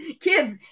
kids